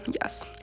yes